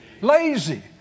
lazy